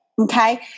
Okay